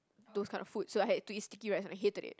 those kinds of food so I hate to eat sticky rice and I hated it